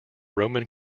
roman